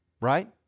right